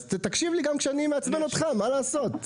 אז תקשיב לי גם כשאני מעצבן אותך, מה לעשות.